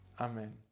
Amen